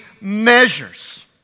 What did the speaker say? measures